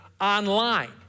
online